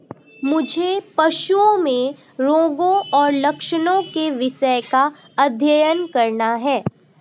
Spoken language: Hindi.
मुझे पशुओं में रोगों और लक्षणों के विषय का अध्ययन करना है